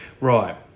Right